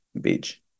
beach